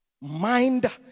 Mind